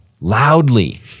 loudly